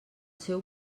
seu